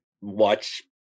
watch